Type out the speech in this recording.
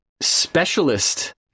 specialist